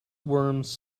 worms